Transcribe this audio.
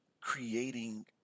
creating